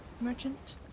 merchant